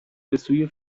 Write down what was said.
بسوی